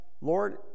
Lord